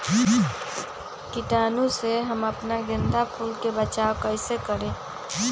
कीटाणु से हम अपना गेंदा फूल के बचाओ कई से करी?